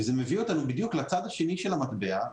וזה מביא אותנו בדיוק לצד השני של המטבע,